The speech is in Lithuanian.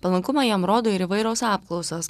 palankumą jam rodo ir įvairios apklausos